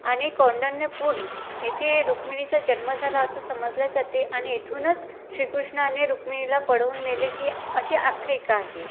आणि कौंडिण्यपूर येथे रुक्मिणीचा जन्म झाला असं समजल्या जाते आणि इथूनच श्रीकृष्णाने रुक्मिणीला पळवून नेले ही अशी आख्यायिका आहे